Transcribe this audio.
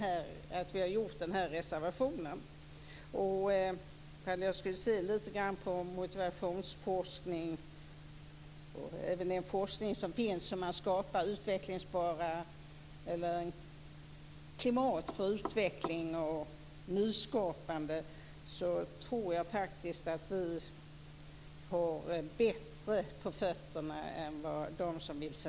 Jag tror att vi har bättre på fötterna än de som vill centralisera när det gäller motivationsforskning och forskning för att skapa klimat för utveckling och nyskapande.